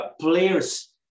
players